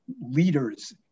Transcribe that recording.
leaders